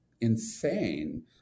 insane